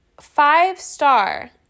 Five-star